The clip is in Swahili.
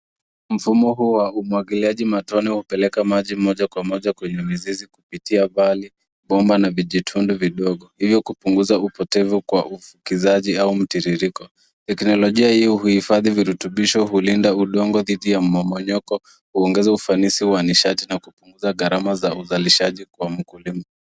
Mfumo huu wa umwagiliaji matone unsapeleka maji moja kwa moja kwenye mizizi kupitia bomba na vijitundu vidogo hivyo kupunguza upotevu kwa mtiririko. Teknolojia hii huhifadhi virutubisho, hulind udongo dhidi ya mmomonyoko, huongeza ufanisi wa nishati na kupunguza gharama ya uzalishaji wa mkulima.